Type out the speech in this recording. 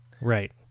right